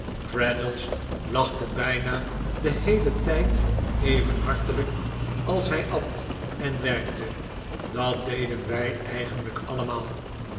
traddles lachte bijna den heelen tijd even hartelijk als hij at en werkte dat deden wij eigenlijk allemaal